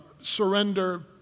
surrender